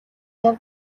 явж